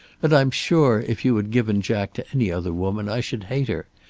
and i'm sure if you had given jack to any other woman i should hate her,